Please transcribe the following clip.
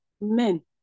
men